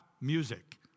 music